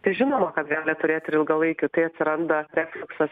tai žinoma kad gali turėti ir ilgalaikių tai atsiranda refliuksas